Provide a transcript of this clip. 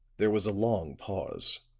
there was a long pause